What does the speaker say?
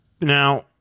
now